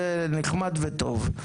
זה נחמד וטוב,